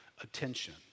attention